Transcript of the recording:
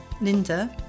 linda